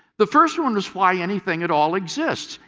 the first one was, why anything at all exists?